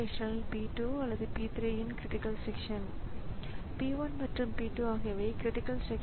எந்த வகையான குறுக்கீடு ஏற்பட்டது என்பதை தீர்மானித்து கட்டுப்பாட்டை இன்டரப்ட் சர்வீஸ் ராெட்டினுக்கு மாற்றுகிறது